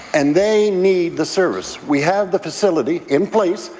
and they need the service. we have the facility in place,